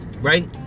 right